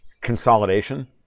consolidation